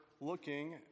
looking